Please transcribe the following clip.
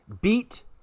beat